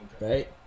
right